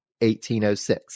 1806